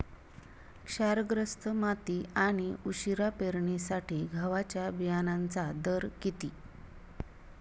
क्षारग्रस्त माती आणि उशिरा पेरणीसाठी गव्हाच्या बियाण्यांचा दर किती?